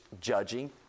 judging